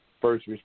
first